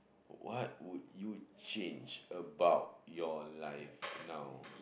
what would you change about your life now